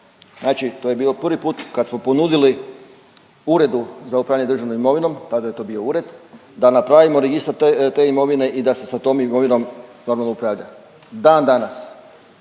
znači to je bio prvi put kad smo ponudili Uredu za upravljanje državnom imovinom, tada je to bio ured, da napravimo registar te, te imovine i da se sa tom imovinom normalno upravlja. Dan danas